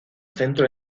centro